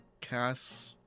cast